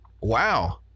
wow